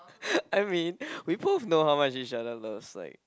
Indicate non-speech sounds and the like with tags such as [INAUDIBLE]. [LAUGHS] I mean we both know how much each other loves like